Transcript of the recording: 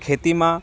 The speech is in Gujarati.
ખેતીમાં